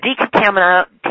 decontamination